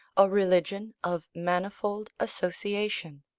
a religion of manifold association.